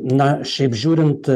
na šiaip žiūrint